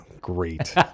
Great